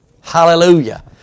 Hallelujah